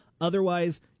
Otherwise